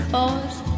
Cause